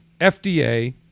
FDA